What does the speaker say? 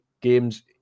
games